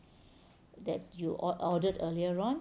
that you or~ ordered earlier on